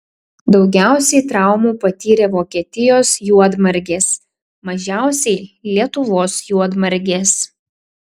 daugiausiai traumų patyrė vokietijos juodmargės mažiausiai lietuvos juodmargės